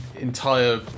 entire